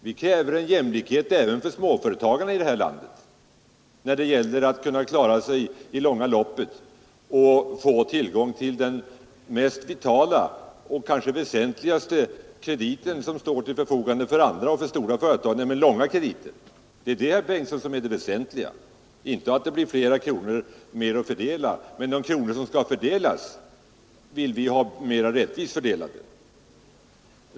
Vi kräver jämlikhet även för småföretagarna i det här landet när det gäller att kunna klara sig i det långa loppet och få tillgång till de svåråtkomligaste — och kanske mest väsentliga — krediterna som står till förfogande för storföretagen, nämligen långa krediter. Det är det, herr Bengtsson, som är det väsentliga, inte att det blir fler kronor att fördela. De kronor som skall fördelas vill vi ha mera rättvist fördelade.